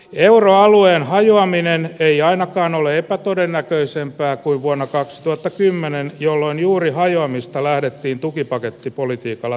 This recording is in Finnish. euroalueen hajoaminen ei ainakaan ole epätodennäköisempää kuin vuonna kaksituhattakymmenen jolloin juuri hajoamista lähdettiin tukipaketti politiikalla